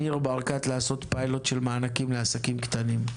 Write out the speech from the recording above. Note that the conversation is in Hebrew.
ניר ברקת, לעשות פיילוט של מענקים לעסקים קטנים,